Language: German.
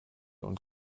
und